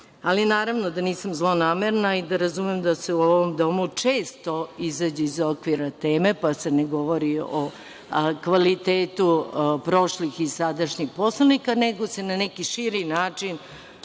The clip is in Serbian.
Naravno da nisam zlonamerna i da razumem da se u ovom domu često izađe iz okvira teme, pa se ne govori o kvalitetu prošlih i sadašnjih poslanika, nego se na neki širi način